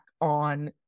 on